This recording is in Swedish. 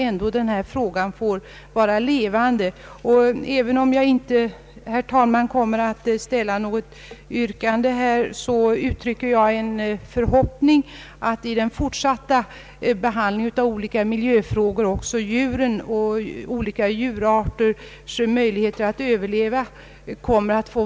Även om jag, herr talman, inte kommer att ställa något yrkande, uttrycker jag en förhoppning att vid den fortsatta behandlingen av olika miljöfrågor också olika djurarters möjligheter att överleva beaktas.